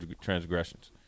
transgressions